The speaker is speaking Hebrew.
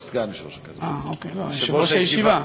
סגן יושב-ראש הכנסת, יושב-ראש הישיבה.